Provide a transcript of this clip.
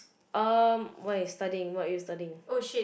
um why studying what are you studying